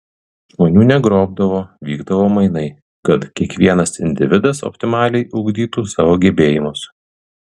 žmonių negrobdavo vykdavo mainai kad kiekvienas individas optimaliai ugdytų savo gebėjimus